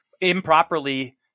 improperly